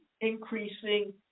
increasing